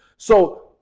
so,